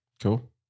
Cool